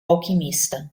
alquimista